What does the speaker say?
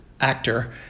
actor